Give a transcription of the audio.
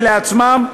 כשלעצמם,